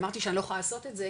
אמרתי שאני לא יכולה לעשות את זה,